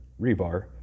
rebar